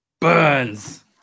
Burns